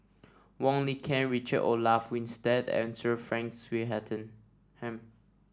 Wong Lin Ken Richard Olaf Winstedt and Sir Frank Swettenham